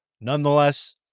Nonetheless